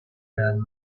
werden